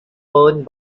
owned